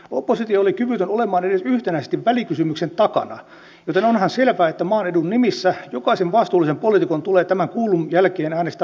oppositio oli kyvytön olemaan edes yhtenäisesti välikysymyksen takana joten onhan selvää että maan edun nimissä jokaisen vastuullisen poliitikon tulee tämän kuullun jälkeen äänestää hallituksen luottamuksesta